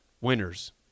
winners